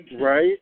Right